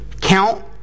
Count